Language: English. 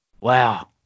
Wow